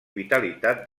vitalitat